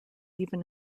even